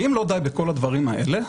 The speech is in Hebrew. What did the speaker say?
ואם לא די בכל הדברים האלה,